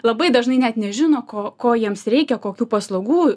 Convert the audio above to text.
labai dažnai net nežino ko ko jiems reikia kokių paslaugų